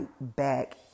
back